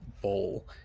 bowl